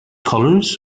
colours